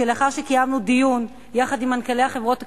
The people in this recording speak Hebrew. שלאחר שקיימנו דיון יחד עם מנכ"לי החברות הכלכליות,